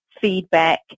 feedback